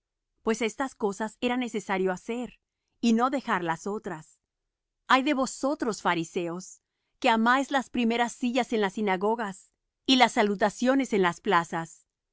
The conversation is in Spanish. pues estas cosas era necesario hacer y no dejar las otras ay de vosotros fariseos que amáis las primeras sillas en las sinagogas y las salutaciones en las plazas